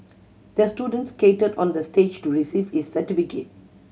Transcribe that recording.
the student skated on the stage to receive is certificate